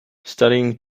studying